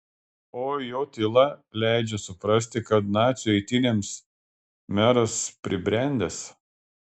o jo tyla leidžia suprasti kad nacių eitynėms meras pribrendęs